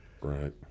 Right